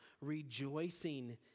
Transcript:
rejoicing